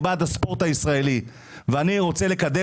אני בעד הספורט הישראלי ואני רוצה לקדם